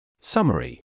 Summary